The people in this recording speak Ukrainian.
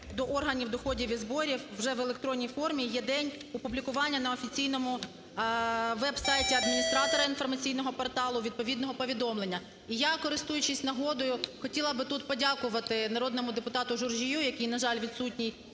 до органів доходів і зборів вже в електронній формі є день опублікування на офіційному веб-сайті адміністратора інформаційного порталу відповідного повідомлення. І я, користуючись нагодою, хотіла б тут порядкувати народному депутату Журжію, який, на жаль, відсутній